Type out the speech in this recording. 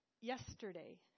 yesterday